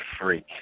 freak